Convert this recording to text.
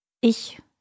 Ich